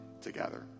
together